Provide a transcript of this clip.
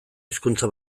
hizkuntza